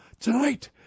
Tonight